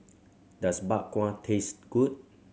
does Bak Kwa taste good